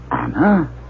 Anna